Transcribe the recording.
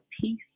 peace